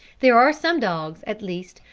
there are some dogs, at least,